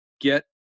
get